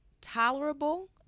tolerable